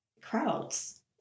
crowds